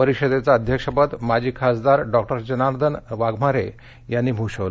परिषदेचं अध्यक्षपद माजी खासदार डॉक्टर जर्नादन वाघमारे यांनी भूषवलं